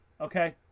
Okay